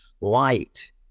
light